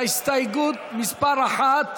ההסתייגות של חברי הכנסת רוברט אילטוב,